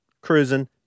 cruising